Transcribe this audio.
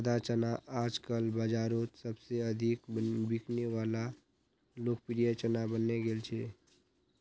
सादा चना आजकल बाजारोत सबसे अधिक बिकने वला लोकप्रिय चना बनने गेल छे